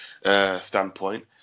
standpoint